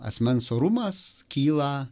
asmens orumas kyla